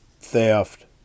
theft